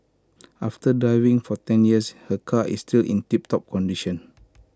after driving for ten years her car is still in tiptop condition